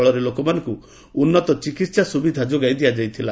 ଫଳରେ ଲୋକମାନଙ୍କୁ ଉନ୍ନତ ଚିକିତ୍ସ ସୁବିଧା ଯୋଗାଇ ଦିଆଯାଇଥିଲା